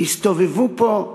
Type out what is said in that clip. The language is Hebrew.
הסתובבו פה,